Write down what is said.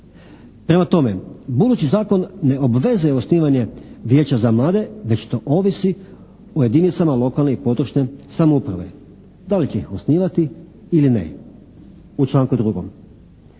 Prema tome, budući zakon ne obvezuje osnivanje vijeća za mlade već to ovisi o jedinicama lokalne i područne samouprave, da li će ih osnivati ili ne, u članku 2.